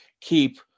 keep